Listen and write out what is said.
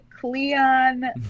Cleon